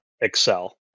excel